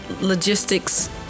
logistics